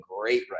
great